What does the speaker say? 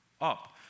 up